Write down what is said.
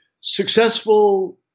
successful